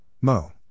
Mo